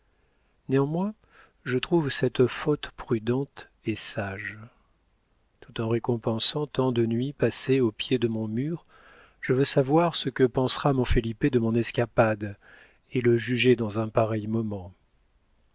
néanmoins je trouve cette faute prudente et sage tout en récompensant tant de nuits passées au pied de mon mur je veux savoir ce que pensera mons felipe de mon escapade et le juger dans un pareil moment